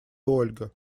ольга